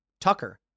Tucker